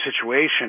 situation